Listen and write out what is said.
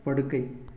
படுக்கை